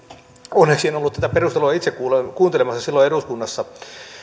onneksi en ollut tätä perustelua itse kuuntelemassa silloin eduskunnassa